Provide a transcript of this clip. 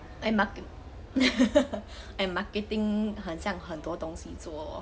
and market~ and marketing 很像很多东西做